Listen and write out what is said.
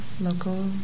Local